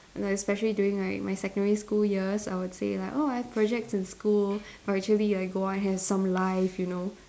and especially during like my secondary school years I would say like oh I have projects in school but actually I go out and have some life you know